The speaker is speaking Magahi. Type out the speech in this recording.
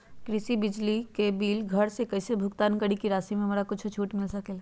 कृषि बिजली के बिल घर से कईसे भुगतान करी की राशि मे हमरा कुछ छूट मिल सकेले?